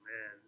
man